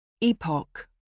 Epoch